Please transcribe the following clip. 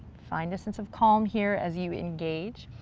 find a sense of calm here as you engage.